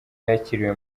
yakiriwe